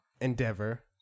endeavor